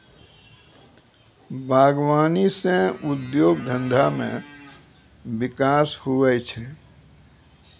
बागवानी से उद्योग धंधा मे बिकास हुवै छै